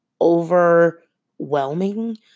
overwhelming